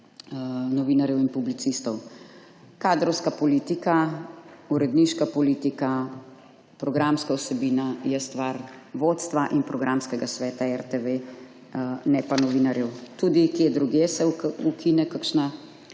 novinarjev in publicistov. Kadrovska politika, uredniška politika, programska vsebina so stvar vodstva in programskega sveta RTV, ne pa novinarjev. Tudi kje drugje se ukine kakšna